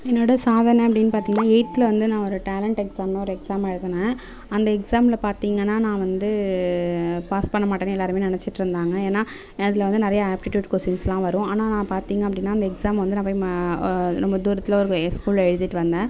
என்னோட சாதனை அப்டின்னு பார்த்தீங்கனா எயித்துல வந்து நான் ஒரு டேலேண்ட் எக்ஸாம்னு ஒரு எக்ஸாம் எழுதுனேன் அந்த எக்ஸாமில் பார்த்தீங்கன்னா நான்வந்து பாஸ் பண்ண மாட்டேன்னு எல்லோருமே நெனைச்சிட்ருந்தாங்க ஏன்னா அதில் வந்து நிறைய ஆப்டிடியூட் கொஸின்ஸ்லாம் வரும் ஆனால் நான் பாத்திங்க அப்டின்னா அந்த எக்ஸாம் வந்து நான் போய் ரொம்ப தூரத்தில் ஒரு என் ஸ்கூலில் எழுதிவிட்டு வந்தேன்